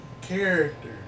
character